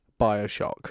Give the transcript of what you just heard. bioshock